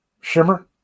shimmer